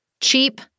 Cheap